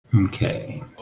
Okay